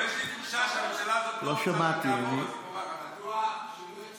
אבל יש לי תחושה שהממשלה הזאת לא רוצה שהוא יעבור,